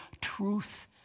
truth